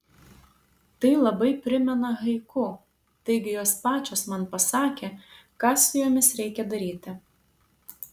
tai labai primena haiku taigi jos pačios man pasakė ką su jomis reikia daryti